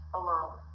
alone